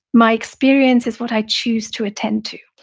my experience is what i choose to attend to.